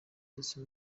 ndetse